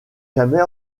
jamais